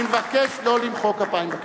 אני מבקש לא למחוא כפיים בכנסת.